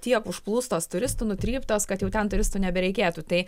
tiek užplūstos turistų nutryptos kad jau ten turistų nebereikėtų tai